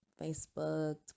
Facebook